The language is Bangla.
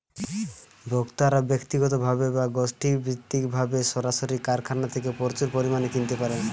ভোক্তারা ব্যক্তিগতভাবে বা গোষ্ঠীভিত্তিকভাবে সরাসরি কারখানা থেকে প্রচুর পরিমাণে কিনতে পারেন